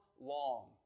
long